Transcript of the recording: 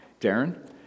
Darren